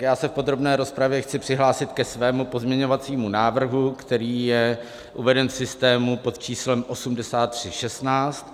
Já se v podrobné rozpravě chci přihlásit ke svému pozměňovacímu návrhu, který je uveden v systému pod číslem 8316.